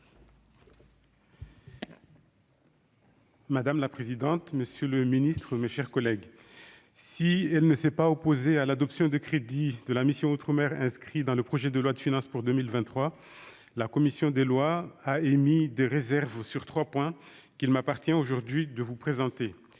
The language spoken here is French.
Madame la présidente, monsieur le ministre, mes chers collègues, si elle ne s'est pas opposée à l'adoption des crédits de la mission « Outre-mer » inscrits dans le projet de loi de finances pour 2023, la commission des lois a émis des réserves sur trois points qu'il m'appartient aujourd'hui de vous présenter.